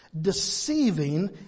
deceiving